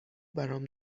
برام